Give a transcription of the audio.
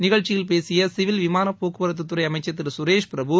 நிகழ்ச்சியில் பேசிய சிவில் விமான போக்குவரத்துறை அமைச்சர் திரு சுரேஷ் பிரபு